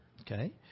Okay